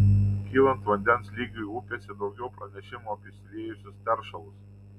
kylant vandens lygiui upėse daugiau pranešimų apie išsiliejusius teršalus